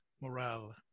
morale